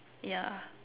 yeah